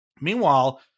Meanwhile